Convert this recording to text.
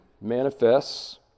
manifests